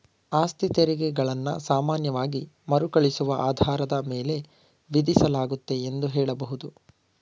ಆಸ್ತಿತೆರಿಗೆ ಗಳನ್ನ ಸಾಮಾನ್ಯವಾಗಿ ಮರುಕಳಿಸುವ ಆಧಾರದ ಮೇಲೆ ವಿಧಿಸಲಾಗುತ್ತೆ ಎಂದು ಹೇಳಬಹುದು